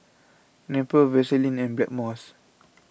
Nepro Vaselin and Blackmores